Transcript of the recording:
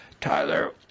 Tyler